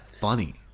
funny